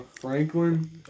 Franklin